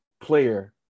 player